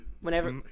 Whenever